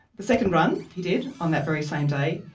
the second run he did on that very same day,